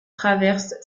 traversent